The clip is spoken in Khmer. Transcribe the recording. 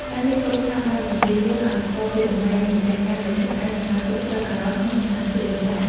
ការលេងគប់ថាសបានបង្រៀនយើងឱ្យស្គាល់ពីតម្លៃនៃម្ចាស់ការលើខ្លួនឯង និងការគ្រប់គ្រងអារម្មណ៍ក្នុងស្ថានភាពលំបាក។